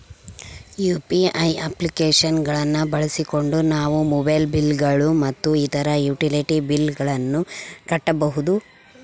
UPI application ಗಳನ್ನ ಬಳಸಿಕೊಂಡು ನಾವು ಮೊಬೈಲ್ ಬಿಲ್ ಗಳು ಮತ್ತು ಇತರ ಯುಟಿಲಿಟಿ ಬಿಲ್ ಗಳನ್ನ ಕಟ್ಟಬಹುದು